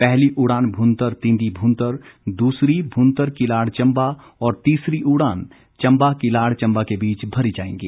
पहली उड़ान भुंतर तिंदी भुंतर दुसरी भुंतर किलाड़ चंबा और तीसरी उड़ान चंबा किलाड़ चंबा के बीच भरी जाएंगी